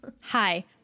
Hi